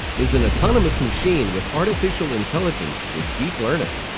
is an autonomous machine with artificial intelligence with deep learning.